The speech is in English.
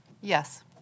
Yes